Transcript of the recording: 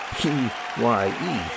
P-Y-E